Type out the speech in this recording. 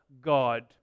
God